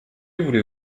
voulez